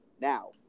Now